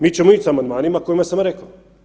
Mi ćemo ić s amandmanima kojima sam reko.